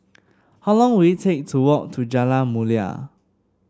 how long will it take to walk to Jalan Mulia